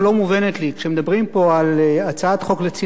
כשמדברים פה על הצעת החוק לצמצום הגירעון,